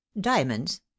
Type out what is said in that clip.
diamonds